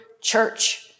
church